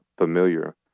familiar